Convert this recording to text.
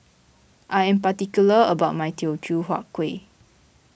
I am particular about my Teochew Huat Kuih